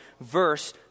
verse